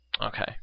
Okay